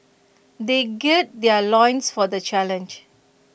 they gird their loins for the challenge